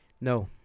no